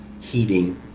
heating